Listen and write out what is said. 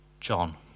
John